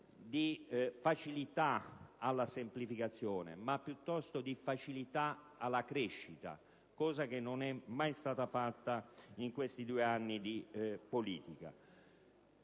non tanto di semplificazione, ma piuttosto di supporto alla crescita, cosa che non è mai stata fatta in questi due anni di politica.